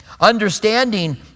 Understanding